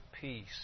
peace